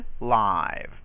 live